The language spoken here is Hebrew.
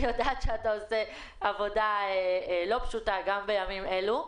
אני יודע אתה עושה עבודה פשוטה גם בימים אלו.